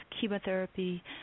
chemotherapy